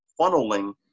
funneling